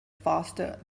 faster